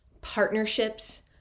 partnerships